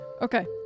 okay